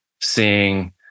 seeing